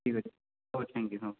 ଠିକ୍ ଅଛି ହଉ ଥ୍ୟାଙ୍କ୍ ୟୁ ହଁ